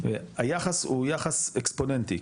היחס הוא יחס אקספוננטי,